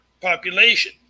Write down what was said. population